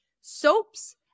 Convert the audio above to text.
soaps